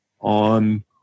on